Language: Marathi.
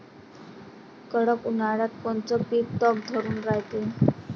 कडक उन्हाळ्यात कोनचं पिकं तग धरून रायते?